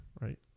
right